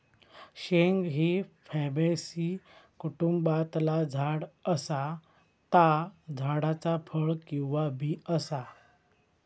शेंग ही फॅबेसी कुटुंबातला झाड असा ता झाडाचा फळ किंवा बी असा